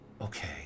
Okay